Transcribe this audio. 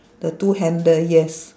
the two handle yes